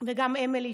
וגם אמילי,